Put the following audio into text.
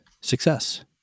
success